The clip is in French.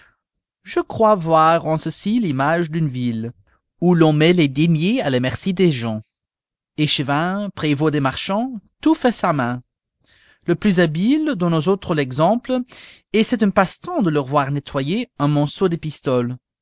je crois voir en ceci l'image d'une ville où l'on met les deniers à la merci des gens échevins prévôt des marchands tout fait sa main le plus habile donne aux autres l'exemple et c'est un passe-temps de leur voir nettoyer un monceau de pistoles